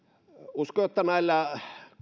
uskon että näillä